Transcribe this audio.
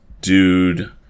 dude